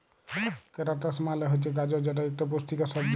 carrots মালে হছে গাজর যেট ইকট পুষ্টিকর সবজি